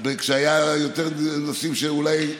היו נושאים שאולי,